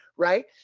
right